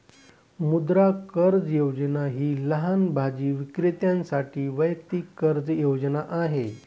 मुद्रा कर्ज योजना ही लहान भाजी विक्रेत्यांसाठी वैयक्तिक कर्ज योजना आहे